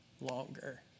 longer